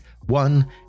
one